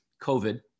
COVID